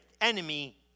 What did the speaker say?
enemy